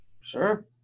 Sure